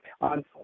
on